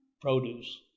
produce